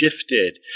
shifted